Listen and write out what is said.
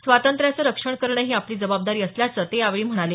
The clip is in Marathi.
स्वातंत्र्याचं रक्षण करणं ही आपली जबाबदारी असल्याचं ते यावेळी म्हणाले